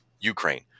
Ukraine